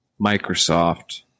Microsoft